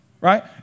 Right